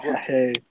Hey